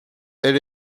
elle